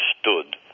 stood